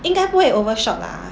应该不会 overshot lah